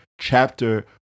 chapter